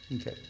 okay